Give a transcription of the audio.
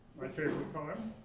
my favorite kind of